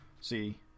See